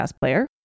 player